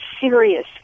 serious